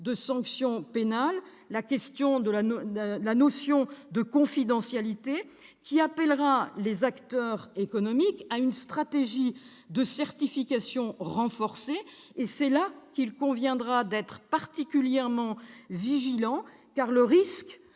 de sanctions pénales. La notion de confidentialité appellera les acteurs économiques à une stratégie de certification renforcée. C'est là qu'il conviendra d'être particulièrement vigilant, sous